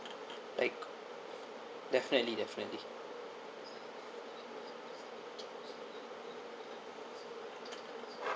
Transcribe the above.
like definitely definitely